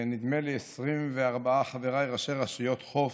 נדמה לי, 24 חבריי ראשי רשויות החוף,